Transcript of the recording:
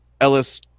Ellis